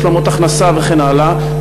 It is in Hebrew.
השלמות הכנסה וכן הלאה,